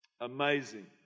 Amazing